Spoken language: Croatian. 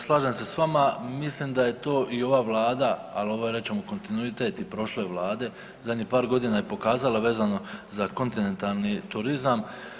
Slažem se s vama, mislim da je to i ova Vlada, ali ovo je reći ćemo kontinuitet i prošle vlade, zadnjih par godina je pokazala vezano za kontinentalni turizam.